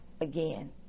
again